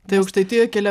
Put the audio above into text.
tai aukštaitijoj kelia